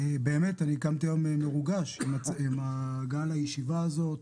אני באמת קמתי היום מרוגש עם ההגעה לישיבה הזאת,